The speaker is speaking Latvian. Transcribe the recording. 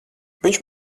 viņš